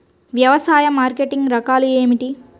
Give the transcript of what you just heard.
వ్యవసాయ మార్కెటింగ్ రకాలు ఏమిటి?